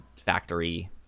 factory